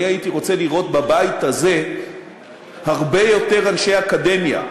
הייתי רוצה לראות בבית הזה הרבה יותר אנשי אקדמיה,